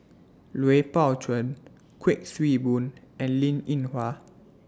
Lui Pao Chuen Kuik Swee Boon and Linn in Hua